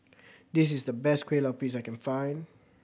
this is the best Kueh Lupis I can find